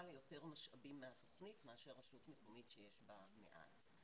ליותר משאבים מהתוכנית מאשר רשות מקומית שיש בה מעט.